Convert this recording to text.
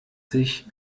sich